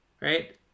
Right